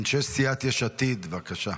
--- אנשי סיעת יש עתיד, בבקשה.